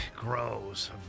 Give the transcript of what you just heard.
grows